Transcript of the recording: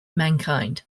mankind